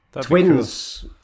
Twins